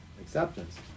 acceptance